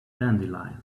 dandelion